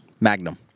Magnum